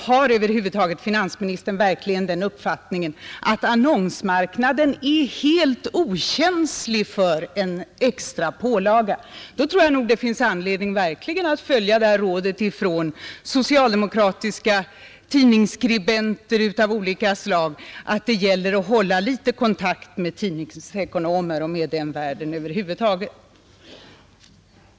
Har finansministern verkligen den uppfattningen att annonsmarknaden är helt okänslig för en extra pålaga, tror jag att det finns anledning att följa rådet från socialdemokratiska tidningsskribenter av olika slag, nämligen att det gäller att hålla litet kontakt med tidningsekonomer och med den världen över huvud taget.